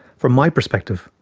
from my perspective,